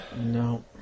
No